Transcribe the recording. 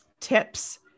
tips